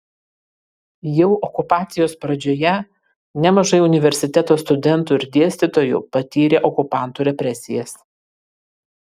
jau okupacijos pradžioje nemažai universiteto studentų ir dėstytojų patyrė okupantų represijas